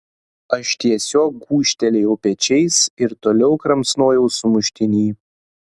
aš tiesiog gūžtelėjau pečiais ir toliau kramsnojau sumuštinį